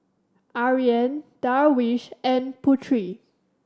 Aryan Darwish and Putri